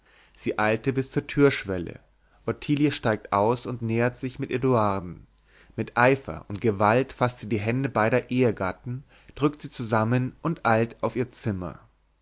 sie eilte bis zur türschwelle ottilie steigt aus und nähert sich mit eduarden mit eifer und gewalt faßt sie die hände beider ehegatten drückt sie zusammen und eilt auf ihr zimmer